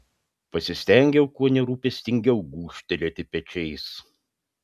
pasistengiau kuo nerūpestingiau gūžtelėti pečiais